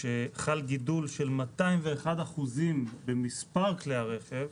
שחל גידול של 201% במספר כלי הרכב,